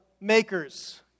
makers